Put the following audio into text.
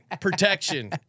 protection